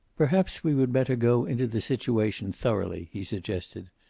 perhaps we would better go into the situation thoroughly, he suggested.